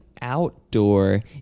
outdoor